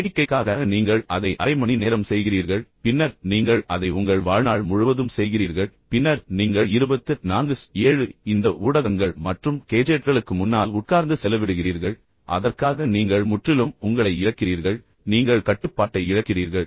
வேடிக்கைக்காக நீங்கள் அதை அரை மணி நேரம் செய்கிறீர்கள் பின்னர் நீங்கள் அதை உங்கள் வாழ்நாள் முழுவதும் செய்கிறீர்கள் பின்னர் நீங்கள் 24 X 7 இந்த ஊடகங்கள் மற்றும் கேஜெட்களுக்கு முன்னால் உட்கார்ந்து செலவிடுகிறீர்கள் அதற்காக நீங்கள் முற்றிலும் உங்களை இழக்கிறீர்கள் நீங்கள் கட்டுப்பாட்டை இழக்கிறீர்கள்